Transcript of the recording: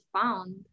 found